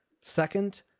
Second